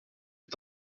est